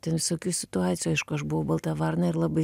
ten visokių situacijų aišku aš buvau balta varna ir labai